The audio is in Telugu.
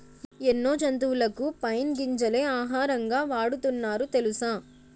ఎన్నో జంతువులకు పైన్ గింజలే ఆహారంగా వాడుతున్నారు తెలుసా?